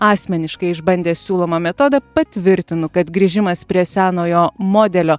asmeniškai išbandęs siūlomą metodą patvirtinu kad grįžimas prie senojo modelio